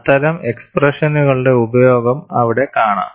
അത്തരം എക്സ്പ്രെഷനുകളുടെ ഉപയോഗം അവിടെ കാണാം